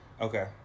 Okay